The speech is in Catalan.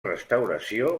restauració